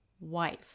wife